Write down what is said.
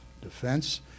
Defense